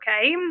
okay